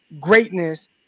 greatness